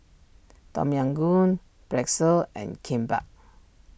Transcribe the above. Tom Yam Goong Pretzel and Kimbap